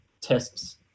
tests